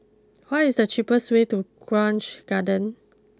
what is the cheapest way to Grange Garden